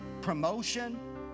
promotion